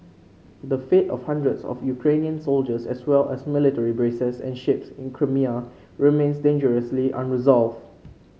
the fate of hundreds of Ukrainian soldiers as well as military bases and ships in Crimea remains dangerously unresolved